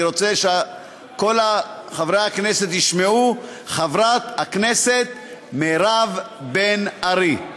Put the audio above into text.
אני רוצה שכל חברי הכנסת ישמעו: חברת הכנסת מירב בן ארי.